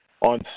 on